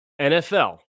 NFL